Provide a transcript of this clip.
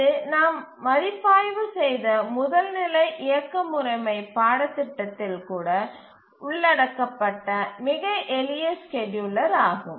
இது நாம் மதிப்பாய்வு செய்த முதல் நிலை இயக்க முறைமை பாடத்திட்டத்தில் கூட உள்ளடக்கப்பட்ட மிக எளிய ஸ்கேட்யூலர் ஆகும்